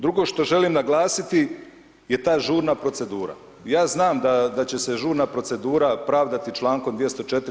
Drugo što želim naglasiti je ta žurna procedura, ja znam da će se žurna procedura pravdati člankom 204.